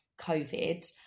COVID